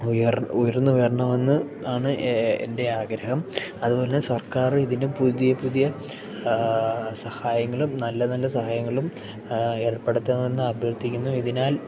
ഉയർ ഉയർന്നുവരണമെന്നു ആണ് എൻ്റെ ആഗ്രഹം അതുപോലെ സർക്കാർ ഇതിന് പുതിയ പുതിയ സഹായങ്ങളും നല്ല നല്ല സഹായങ്ങളും ഏർപ്പെടുത്തമെന്ന് അഭ്യർത്തിക്കുന്നു ഇതിനാൽ